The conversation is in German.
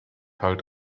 halt